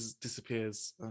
disappears